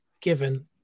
given